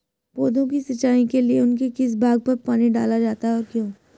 पौधों की सिंचाई के लिए उनके किस भाग पर पानी डाला जाता है और क्यों?